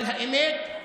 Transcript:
אבל האמת,